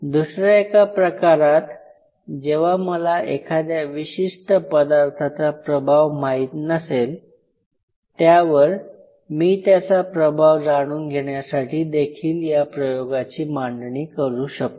दुसऱ्या एका प्रकारात जेव्हा मला एखाद्या विशिष्ट पदार्थाचा प्रभाव माहित नसेल त्यावर मी त्याचा प्रभाव जाणून घेण्यासाठी देखील या प्रयोगाची मांडणी करू शकतो